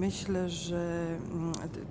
Myślę, że